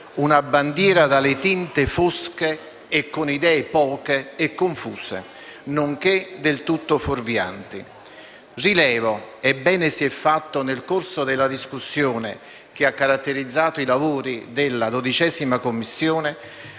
una bandiera dalle tinte fosche e con idee poche e confuse, nonché del tutto fuorvianti. Rilevo che bene si è fatto, nel corso della discussione che ha caratterizzato i lavori della 12ª Commissione,